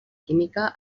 química